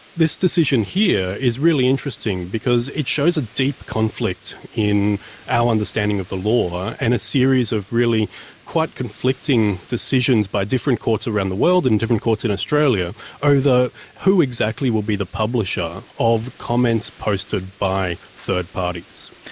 this decision here is really interesting because it shows a deep conflict in our understanding of the law and a series of really quite conflicting decisions by different courts around the world and different courts in australia over who exactly will be the publisher of comments posted by third parties.